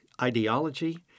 ideology